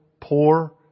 poor